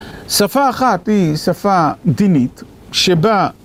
שפה אחת היא שפה דינית שבה...